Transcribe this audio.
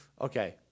Okay